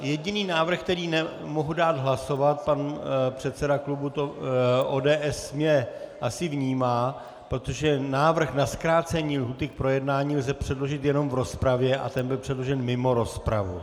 Jediný návrh, o kterém nemohu dát hlasovat, pan předseda klubu ODS mě asi vnímá, protože návrh na zkrácení lhůty k projednání lze předložit jenom v rozpravě a ten byl předložen mimo rozpravu.